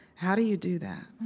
how do you do that?